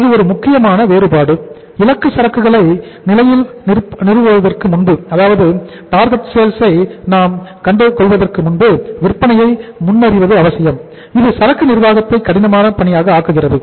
இது ஒரு முக்கியமான வேறுபாடு இலக்கு சரக்கு நிலைகளை நிறுவுவதற்கு முன்பு விற்பனையை முன்னறிவது அவசியம் இது சரக்கு நிர்வாகத்தை கடினமான பணியாக ஆக்குகிறது